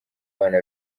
abana